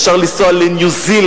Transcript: אפשר לנסוע לניו-זילנד.